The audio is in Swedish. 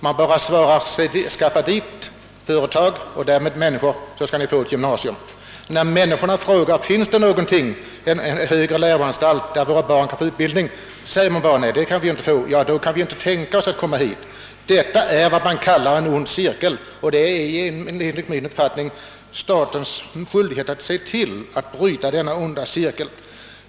Det svar vi fått är endast: Skaffa företag och därmed människor till bygden, så skall ni få ett gymnasium. Men när människorna frågar om det finns någon högre läroanstalt, där deras barn kan få utbildning, så måste vi svara nej, och då kan människorna inte tänka sig att komma dit. Det blir alltså en ond cirkel, och enligt min mening är det statens skyldighet att se till att denna onda cirkel bryts.